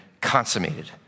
consummated